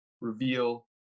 reveal